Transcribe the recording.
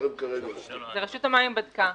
רשות המים בדקה.